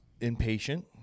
impatient